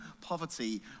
poverty